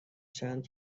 چند